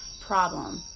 problem